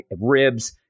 ribs